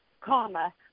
comma